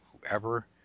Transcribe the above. whoever